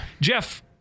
Jeff